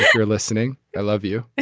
you're listening. i love you